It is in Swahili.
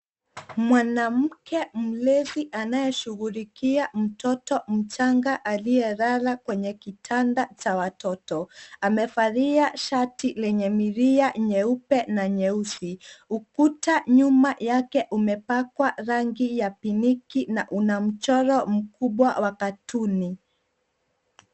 Mwanamke mlezi anayeshughulikia mtoto mchanga aliyelala kwenye kitanda cha watoto. Amevalia shati lenye milia nyeupe na nyeusi. Ukuta nyuma yake umepakwa rangi ya pinki na una mchoro mkubwa wa katuni.